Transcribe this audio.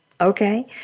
Okay